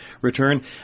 return